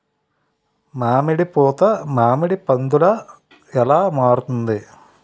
మామిడి పూత మామిడి పందుల ఎలా మారుతుంది?